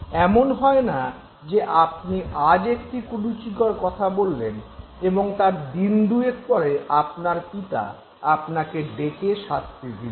এমন হয়না যে আপনি আজ একটি কুরুচিকর কথা বললেন এবং তার দিন দুয়েক পরে আপনার পিতা আপনাকে ডেকে শাস্তি দিলেন